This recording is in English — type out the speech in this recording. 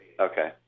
Okay